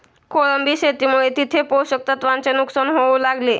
कोळंबी शेतीमुळे तिथे पोषक तत्वांचे नुकसान होऊ लागले